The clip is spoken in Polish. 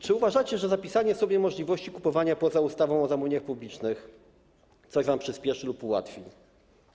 Czy uważacie, że zapisanie możliwości kupowania poza ustawą o zamówieniach publicznych coś przyspieszy lub coś wam ułatwi?